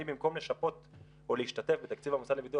אני במקום לשפות או להשתתף בתקציב המוסד לביטוח